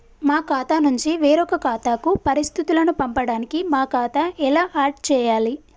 మా ఖాతా నుంచి వేరొక ఖాతాకు పరిస్థితులను పంపడానికి మా ఖాతా ఎలా ఆడ్ చేయాలి?